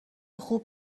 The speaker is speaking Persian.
خوب